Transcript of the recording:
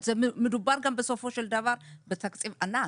מדובר גם בסופו של דבר בתקציב ענק.